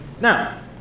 Now